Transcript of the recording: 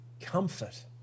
comfort